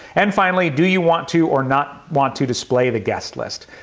and finally, do you want to or not want to display the guest list?